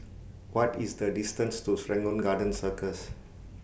What IS The distance to Serangoon Garden Circus